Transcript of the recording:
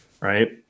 right